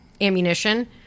ammunition